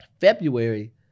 February